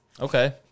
Okay